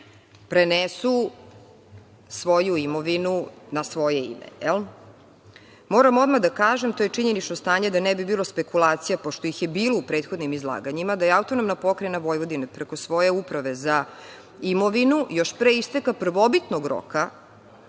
prenesu svoju imovinu na svoje ime. Moram odmah da kažem, to je činjenično stanje, da ne bi bilo spekulacija, pošto ih je bilo u prethodnim izlaganjima, da je AP Vojvodina preko svoje Uprave za imovinu još pre isteka prvobitnog roka,